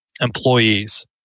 employees